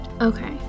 Okay